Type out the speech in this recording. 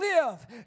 live